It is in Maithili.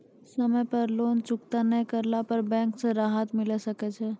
समय पर लोन चुकता नैय करला पर बैंक से राहत मिले सकय छै?